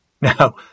Now